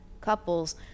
couples